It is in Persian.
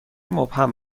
مبهم